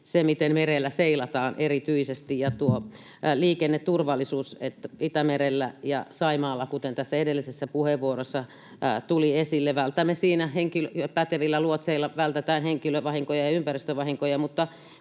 se, miten merellä seilataan, ja liikenneturvallisuus Itämerellä ja Saimaalla, kuten edellisessä puheenvuorossa tuli esille. Pätevillä luotseilla vältetään henkilövahinkoja ja ympäristövahinkoja. Mutta